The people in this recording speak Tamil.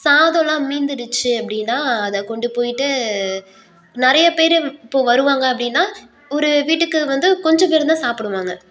சாதோலாம் மீந்துடுச்சு அப்படினா அதை கொண்டு போயிட்டு நிறைய பேர் இப்போது வருவாங்க அப்படினா ஒரு வீட்டுக்கு வந்து கொஞ்சம் பேர்தான் சாப்பிடுவாங்க